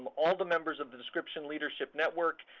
all the members of the description leadership network,